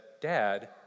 Dad